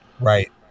Right